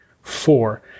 Four